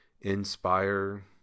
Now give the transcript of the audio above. inspire